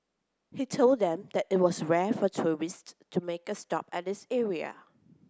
he told them that it was rare for tourists to make a stop at this area